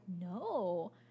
no